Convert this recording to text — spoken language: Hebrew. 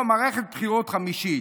או מערכת בחירות חמישית.